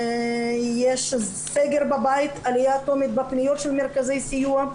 יש סגר בבית, עליה אטומית בפניות למרכזי סיוע,